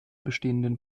bestehenden